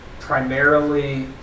primarily